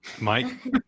Mike